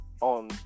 on